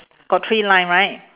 got three line right